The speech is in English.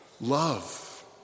Love